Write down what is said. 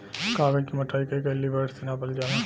कागज क मोटाई के कैलीबर से नापल जाला